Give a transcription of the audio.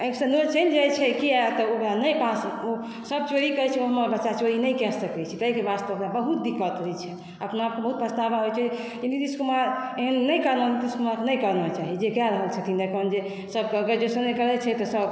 आँखिसॅं नोर चलि जाइ छै किया तऽ ओकरा नहि पास सभ चोरी करै छै ओहिमे हमर बच्चा चोरी नहि कै सकै छै ताहिके वास्ते ओकरा बहुत दिक़्क़त होइ छै अपना पर बहुत पछतावा होइ छै ई नीतीश कुमारके एना नहि करना चाही तऽ नहि करना चाही जे कए रहल छ्थिन अखन जे ग्रैजूएशने करै छै तब सभ